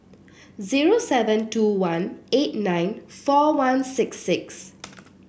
zero seven two one eight nine four one six six